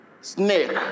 snake